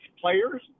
players